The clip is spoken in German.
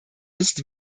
ist